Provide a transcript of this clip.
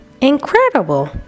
Incredible